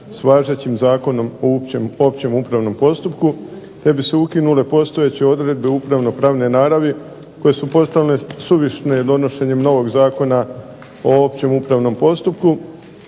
s važećim Zakonom o općem upravnom postupku te bi se ukinule postojeće odredbe upravno-pravne naravi koje su postale suvišne donošenjem novog Zakona o općem upravnom postupku